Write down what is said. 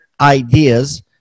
Ideas